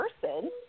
person